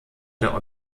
der